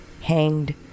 hanged